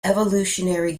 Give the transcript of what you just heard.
evolutionary